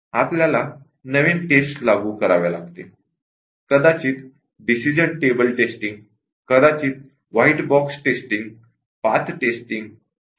आपल्याला नवीन टेस्ट्स लागू कराव्या लागतील कदाचित decision table testing white box testing path testing M